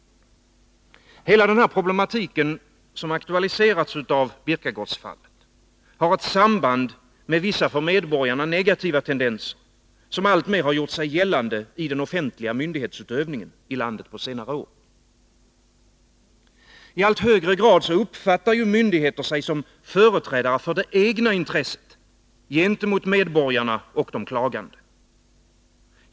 Hela den problematik som aktualiserats i Birkagårdsfallet har ett samband med vissa för medborgarna negativa tendenser, vilka alltmer gjort sig gällande i den offentliga myndighetsutövningen i landet på senare år. I allt högre grad uppfattar myndigheter sig som företrädare för det egna intresset gentemot medborgarna och de klagande.